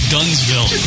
Dunsville